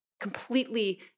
completely